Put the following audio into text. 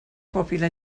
popular